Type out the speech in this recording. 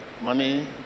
money